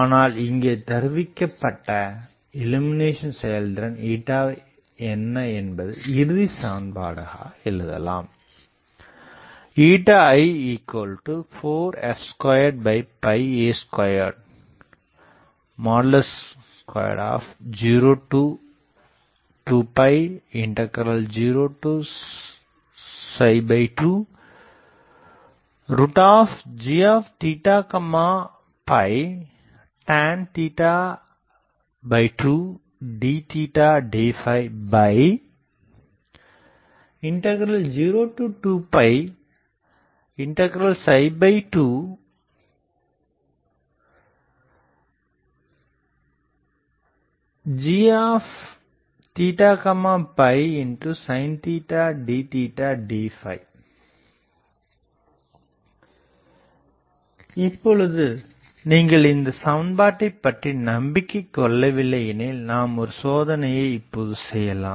ஆனால் இங்கே தருவிக்கப்பட்ட இள்ளுமினேசன் செயல்திறன் i என்னவென்பதை இறுதி சமன்பாடாக எழுதலாம் i4f2a20202g12 tan 2 d d20202g sin d d இப்பொழுது நீங்கள் இந்த சமன்பாட்டை பற்றி நம்பிக்கை கொள்ளவில்லை எனில் நாம் ஒரு சோதனையை இப்பொழுது செய்யலாம்